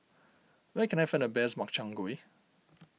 where can I find the best Makchang Gui